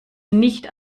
nicht